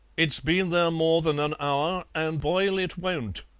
it's been there more than an hour, an' boil it won't,